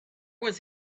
was